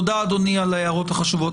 תודה אדוני על ההערות החשובות.